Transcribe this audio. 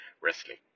wrestling